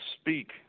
speak